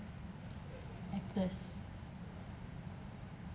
actors